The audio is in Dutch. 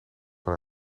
van